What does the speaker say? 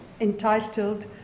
entitled